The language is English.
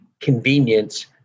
convenience